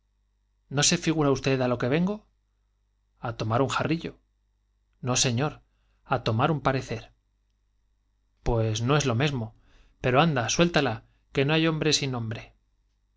no se figura usted a a tomar un jarrillo n o sefior á tomar un parecer pues no es lo mesmo pero anda suéltala que hombre sin hombre